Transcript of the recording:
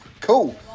Cool